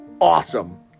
awesome